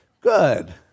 good